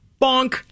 bonk